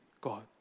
God